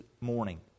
morning